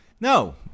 No